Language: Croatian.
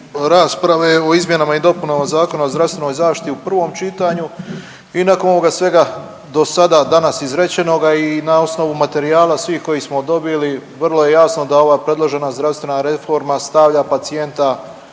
rasprave o izmjenama i dopunama Zakona o zdravstvenoj zaštiti u prvom čitanju i nakon ovoga svega do sada danas izrečenoga i na osnovu materijala svih koje smo dobili vrlo je jasno da ova predložen zdravstvena reforma stavlja pacijenta